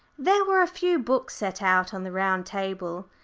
there were a few books set out on the round table,